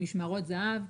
משמרות זה"ב,